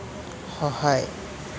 সহায়